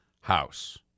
house